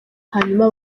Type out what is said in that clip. hanyuma